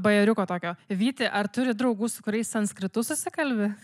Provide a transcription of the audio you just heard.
bajeriuko tokio vyti ar turi draugų su kuriais sanskritu susikalbi